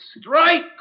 strike